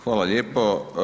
Hvala lijepo.